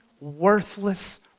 worthless